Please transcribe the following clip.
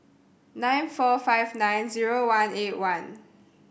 nine four five nine zero one eight one